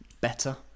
better